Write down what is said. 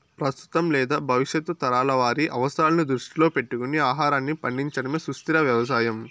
ప్రస్తుతం లేదా భవిష్యత్తు తరాల వారి అవసరాలను దృష్టిలో పెట్టుకొని ఆహారాన్ని పండించడమే సుస్థిర వ్యవసాయం